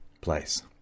place